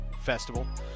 Festival